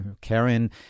Karen